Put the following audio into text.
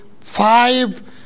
five